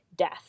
Death